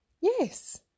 yes